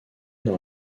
dans